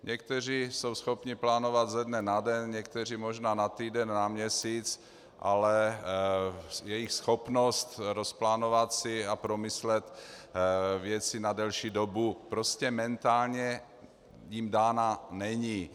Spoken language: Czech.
Někteří jsou schopni plánovat ze dne na den, někteří možná na týden, na měsíc, ale schopnost rozplánovat si a promyslet věci na delší dobu prostě mentálně jim dána není.